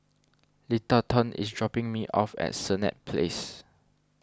Littleton is dropping me off at Senett Place